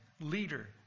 leader